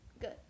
Good